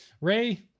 Ray